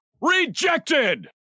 Rejected